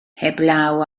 heblaw